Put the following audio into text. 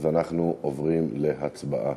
אנחנו עוברים להצבעה.